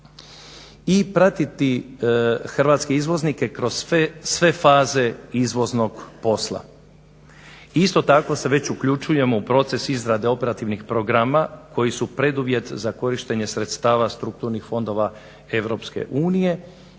I pratiti hrvatske izvoznike kroz sve faze izvoznog posla. Isto tako se već uključujemo u proces izrade operativnih programa koji su preduvjet za korištenje sredstava strukturnih fondova EU